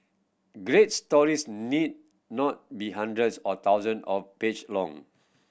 great stories need not be hundreds or thousand of page long